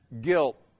guilt